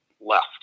left